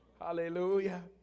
Hallelujah